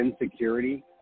insecurity